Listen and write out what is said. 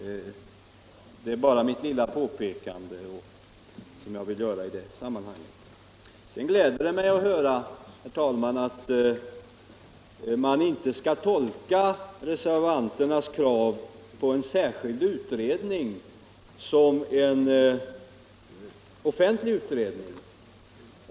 Det var bara ett litet påpekande som jag ville göra i detta sammanhang. Sedan gläder det mig att höra att man inte skall tolka reservanternas krav på en särskild utredning så att de avser en offentlig utredning.